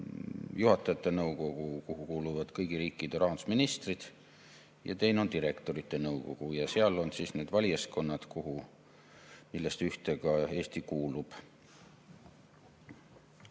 juhatajate nõukogu, kuhu kuuluvad kõigi riikide rahandusministrid, ja teine on direktorite nõukogu. Seal on need valijaskonnad, millest ühte kuulub